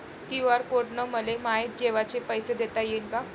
QR code न मले माये जेवाचे पैसे देता येईन का?